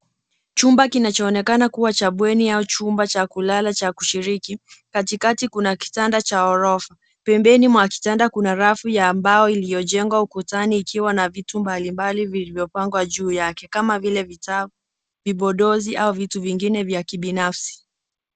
Chumba kinachoonekana kuwa cha bweni au chumba cha kulala cha kushiriki, katikati kuna kitanda cha ghorofa. Pembeni mwa kitanda kuna rafu ya mbao iliyojengwa ukutani ikiwa na vitu mbalimbali vilvyopangwa juu yake, kama vile vitau, vipodozi au vitu vingine vya kibinafsi.